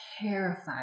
terrified